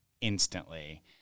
instantly